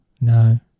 No